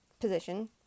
position